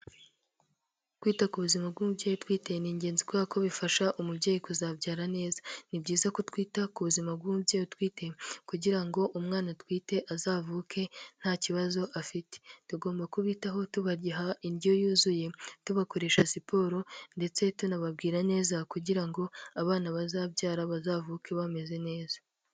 Kwita ku buzima bw'umubyeyi utwite ni ingenzi kubera ko bifasha umubyeyi kuzabyara neza, ni byiza ko twita ku buzima bw'umubyeyi utwite, kugira ngo umwana atwite azavuke nta kibazo afite, tugomba kubitaho tubagiha indyo yuzuye, tugakoresha siporo ndetse tunbabwira neza, kugira ngo abana bazabyara bazavuke bameze neza.